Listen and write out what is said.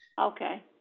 Okay